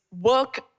Work